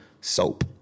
soap